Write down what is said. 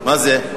מה זה?